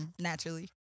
Naturally